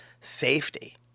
safety